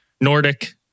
Nordic